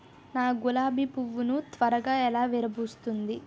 నా గులాబి పువ్వు ను త్వరగా ఎలా విరభుస్తుంది?